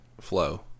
flow